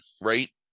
right